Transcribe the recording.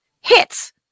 hits